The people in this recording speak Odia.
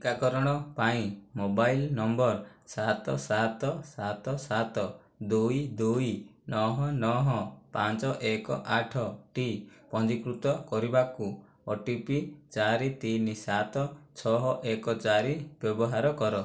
ଟିକାକରଣ ପାଇଁ ମୋବାଇଲ ନମ୍ବର ସାତ ସାତ ସାତ ସାତ ଦୁଇ ଦୁଇ ନଅ ନଅ ପାଞ୍ଚ ଏକ ଆଠ ଟି ପଞ୍ଜୀକୃତ କରିବାକୁ ଓ ଟି ପି ଚାରି ତିନି ସାତ ଛଅ ଏକ ଚାରି ବ୍ୟବହାର କର